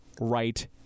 right